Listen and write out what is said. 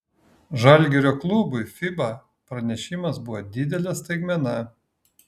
žalgirio klubui fiba pranešimas buvo didelė staigmena